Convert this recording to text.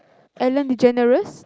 ellen-degeneres